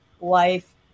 life